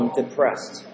depressed।